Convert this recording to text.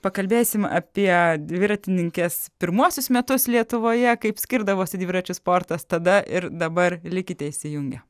pakalbėsim apie dviratininkės pirmuosius metus lietuvoje kaip skirdavosi dviračių sportas tada ir dabar likite įsijungę